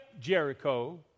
Jericho